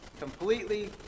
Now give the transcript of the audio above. completely